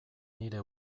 nire